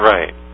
Right